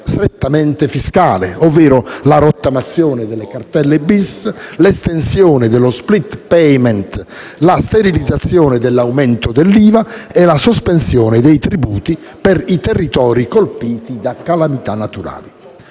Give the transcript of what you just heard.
strettamente fiscale (la rottamazione delle cartelle *bis*, l'estensione dello *split payament*, la sterilizzazione dell'aumento dell'IVA e la sospensione dei tributi per i territori colpiti da calamità naturali).